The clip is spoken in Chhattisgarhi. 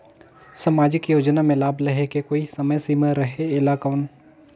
समाजिक योजना मे लाभ लहे के कोई समय सीमा रहे एला कौन?